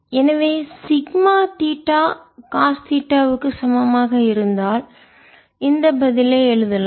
எனவே sigma theta cos தீட்டாவுக்கு சமமாக இருந்தால் இந்த பதிலை எழுதலாம்